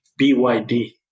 BYD